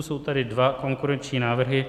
Jsou tady dva konkurenční návrhy.